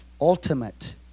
ultimate